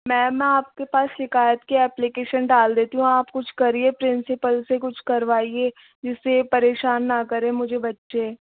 ma'am मैं आपके पास शिकायत के ऐप्प्लिकेशन डाल देती हूँ आप कुछ करिए प्रिंसिपल से कुछ करवाइए जिससे ये परेशान ना करें मुझे बच्चे